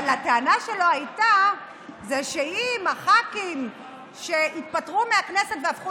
אבל הטענה שלו הייתה שאם הח"כים שהתפטרו מהכנסת והפכו